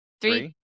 Three